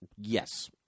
Yes